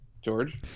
George